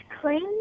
clean